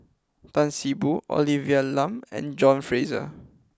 Tan See Boo Olivia Lum and John Fraser